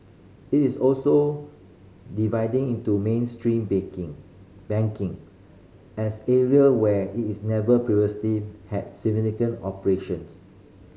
it is also dividing into Main Street baking banking as area where it's never previously had significant operations